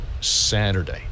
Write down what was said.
Saturday